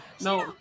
No